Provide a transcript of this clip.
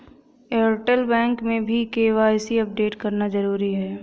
Airtel bank में भी KYC update करना जरूरी है